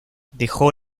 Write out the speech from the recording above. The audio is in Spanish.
dejó